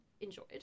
enjoyed